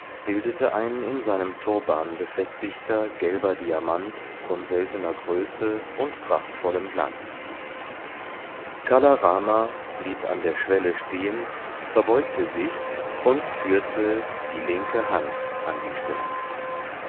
bildete ein in seinem turban befestigter gelber diamant von seltener größe und prachtvollem glanz kala rama blieb an der schwelle stehen verbeugte sich und führte die linke hand an die stirn